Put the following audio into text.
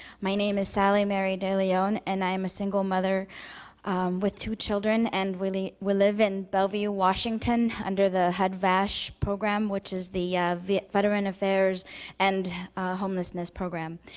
my name is sally mary de leon, and i am a single mother with two children. and we we live in bellevue, washington, under the hud-vash program, which is the the veteran affairs and homelessness program.